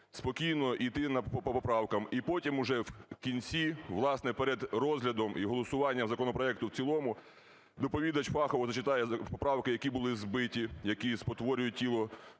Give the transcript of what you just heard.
спокійно іти по поправкам і потім уже, в кінці, власне, перед розглядом і голосуванням законопроекту в цілому доповідач фахово зачитає поправки, які були збиті, які спотворюють тіло